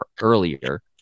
earlier